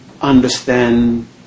understand